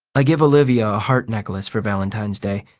i give olivia a heart necklace for valentine's day,